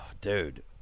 dude